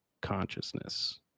consciousness